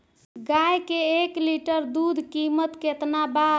गाय के एक लीटर दूध कीमत केतना बा?